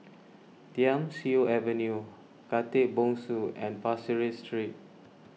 Thiam Siew Avenue Khatib Bongsu and Pasir Ris Street